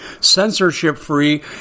censorship-free